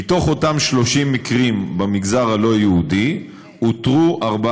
מאותם 30 מקרים במגזר הלא-יהודי אותרו 14